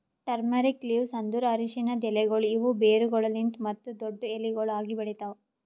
turmeric leaves ಅಂದುರ್ ಅರಶಿನದ್ ಎಲೆಗೊಳ್ ಇವು ಬೇರುಗೊಳಲಿಂತ್ ಮತ್ತ ದೊಡ್ಡು ಎಲಿಗೊಳ್ ಆಗಿ ಬೆಳಿತಾವ್